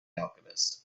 alchemist